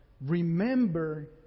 Remember